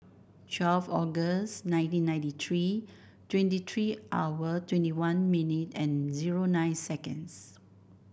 twelve August nineteen ninety three twenty three hour twenty one minute and zero nine seconds